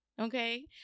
Okay